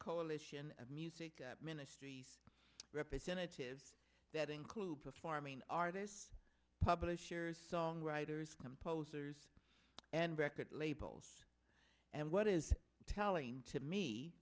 coalition of music ministry representatives that include performing artists publishers songwriters composers and record labels and what is telling to me